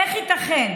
איך ייתכן